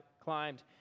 climbed